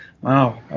Wow